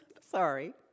sorry